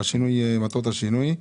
מטרות השינוי.